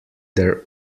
their